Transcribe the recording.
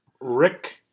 Rick